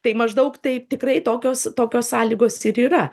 tai maždaug taip tikrai tokios tokios sąlygos ir yra